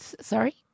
Sorry